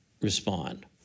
respond